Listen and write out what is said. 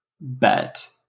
bet